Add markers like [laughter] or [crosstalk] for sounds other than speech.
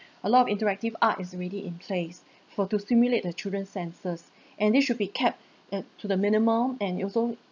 [breath] a lot of interactive art is already in place [breath] for to simulate the children senses [breath] and this should be kept mm to the minimal and also